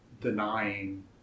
denying